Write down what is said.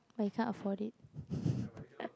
but you can't afford it